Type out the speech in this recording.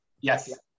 Yes